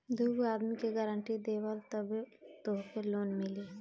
दूगो आदमी के गारंटी देबअ तबे तोहके लोन मिली